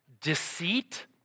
deceit